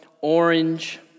orange